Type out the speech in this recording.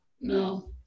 no